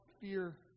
fear